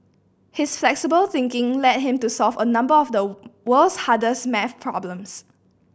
his flexible thinking led him to solve a number of the world's hardest maths problems